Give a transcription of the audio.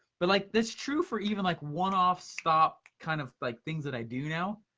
but like that's true for even like one-offs stop, kind of like things that i do now.